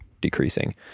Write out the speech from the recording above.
decreasing